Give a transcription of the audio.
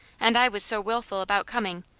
and i was so wilful about coming,